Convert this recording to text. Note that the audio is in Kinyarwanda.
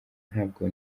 ntabwo